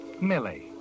Millie